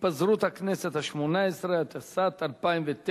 התפזרות הכנסת השמונה-עשרה, התשס"ט 2009,